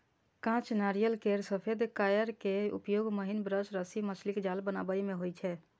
कांच नारियल केर सफेद कॉयर के उपयोग महीन ब्रश, रस्सी, मछलीक जाल बनाबै मे होइ छै